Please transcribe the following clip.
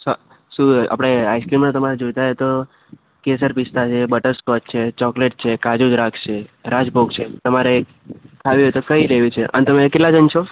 અ શુ આપણે આઇસક્રીમને તમારે જોઈતા હોય તો કેસર પિસ્તા છે બટરસ્કૉચ છે ચોકલેટ છે કાજુ દ્રાક્ષ છે રાજભોગ છે તમારે એ ખાવી હોય તો કઈ લેવી છે અને તમે કેટલા જણ છો